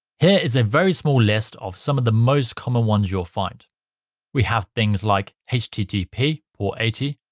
here is a very small list of some of the most common ones you'll find we have things like http port eighty,